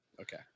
Okay